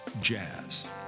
jazz